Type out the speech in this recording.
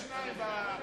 60 בעד,